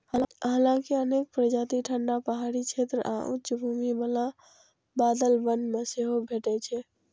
हालांकि अनेक प्रजाति ठंढा पहाड़ी क्षेत्र आ उच्च भूमि बला बादल वन मे सेहो भेटै छै